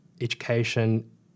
education